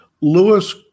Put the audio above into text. Lewis